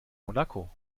monaco